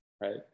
right